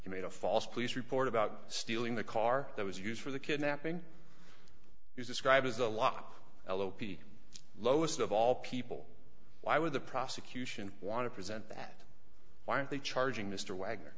he made a false police report about stealing the car that was used for the kidnapping he's described as a lot l o p lowest of all people why would the prosecution want to present that why are they charging mr wagner